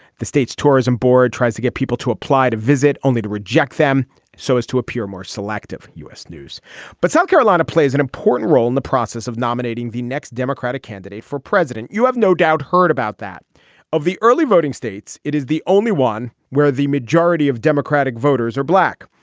the state's tourism board tries to get people to apply to visit, only to reject them so as to appear more selective. u s. news but south carolina plays an important role in the process of nominating the next democratic candidate for president. you have no doubt heard about that of the early voting states. it is the only one where the majority of democratic voters are black.